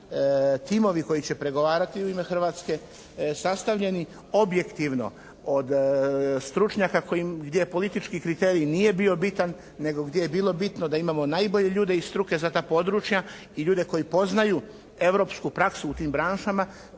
timovi koji će pregovarati u ime Hrvatske sastavljeni objektivno od stručnjaka kojima politički kriterij nije bio bitno, nego gdje je bilo bitno da imamo najbolje ljude iz struke i ljude koji poznaju europsku praksu u tim branšama